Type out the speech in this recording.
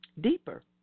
deeper